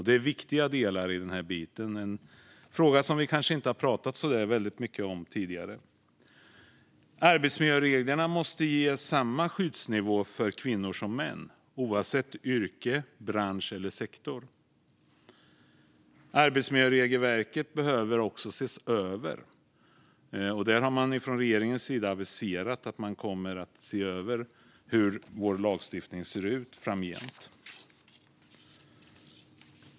Det är viktiga delar i en fråga som vi kanske inte pratat så mycket om tidigare. Arbetsmiljöreglerna måste ge samma skyddsnivå för kvinnor som för män oavsett yrke, bransch och sektor. Arbetsmiljöregelverket behöver ses över. Där har man från regeringens sida aviserat att man framgent kommer att titta på hur vår lagstiftning ser ut.